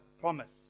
promise